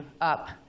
up